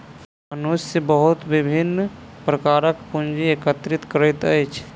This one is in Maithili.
मनुष्य बहुत विभिन्न प्रकारक पूंजी एकत्रित करैत अछि